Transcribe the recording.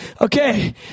okay